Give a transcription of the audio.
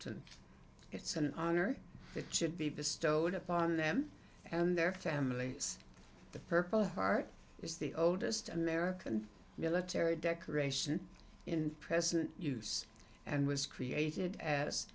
to it's an honor that should be bestowed upon them and their family the purple heart is the oldest american military decoration in present use and was created as